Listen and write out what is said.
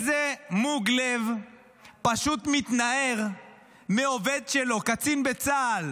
איזה מוג לב פשוט מתנער מעובד שלו, קצין בצה"ל?